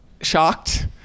shocked